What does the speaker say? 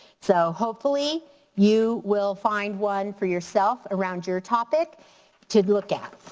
so hopefully you will find one for yourself around your topic to look at.